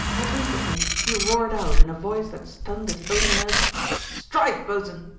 and instantly he roared out in a voice that stunned his own ears strike, bos'n!